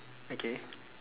okay